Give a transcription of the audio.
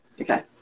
Okay